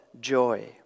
joy